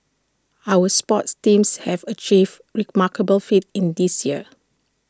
our sports teams have achieved remarkable feats in this year